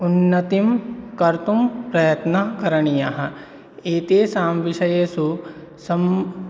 उन्नतिं कर्तुं प्रयत्नः करणीयः एतेषां विषयेषु स